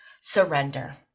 surrender